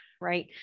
right